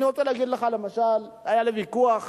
למשל, היה לי ויכוח